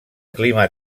clima